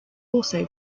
also